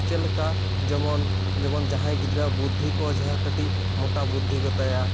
ᱪᱮᱫ ᱞᱮᱠᱟ ᱡᱮᱢᱚᱱ ᱡᱮᱢᱚᱱ ᱡᱟᱦᱟᱸᱭ ᱜᱤᱫᱽᱨᱟᱹᱣᱟᱜ ᱵᱩᱫᱽᱫᱷᱤ ᱠᱚ ᱠᱟᱹᱴᱤᱡ ᱢᱳᱴᱟ ᱵᱩᱫᱽᱫᱷᱤ ᱜᱮᱛᱟᱭᱟ